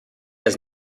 has